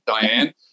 Diane